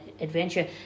adventure